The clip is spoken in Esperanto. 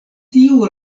tiu